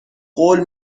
قول